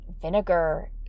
vinegar